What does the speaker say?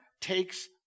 takes